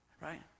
right